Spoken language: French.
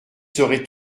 serez